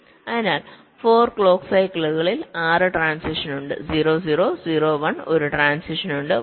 അതിനാൽ 4 ക്ലോക്ക് സൈക്കിളുകളിൽ 6 ട്രാന്സിഷൻസ് ഉണ്ട് 0 0 0 1 ഒരു ട്രാന്സിഷനുണ്ട്